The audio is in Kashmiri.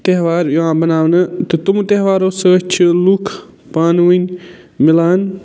تہوار یِوان مناونہٕ تہٕ تٔمہٕ تہوارَو سۭتۍ چھِ لُک پانہٕ وٲنۍ مِلان